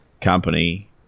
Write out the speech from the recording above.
company